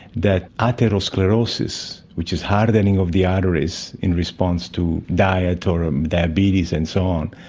that atherosclerosis, which is hardening of the arteries in response to diet or um diabetes and so on,